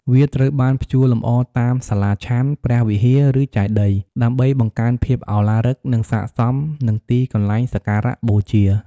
វាត្រូវបានព្យួរលម្អតាមសាលាឆាន់ ព្រះវិហារ ឬចេតិយ ដើម្បីបង្កើនភាពឱឡារិក និងស័ក្តិសមនឹងទីកន្លែងសក្ការៈបូជា។